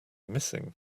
missing